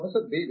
professor B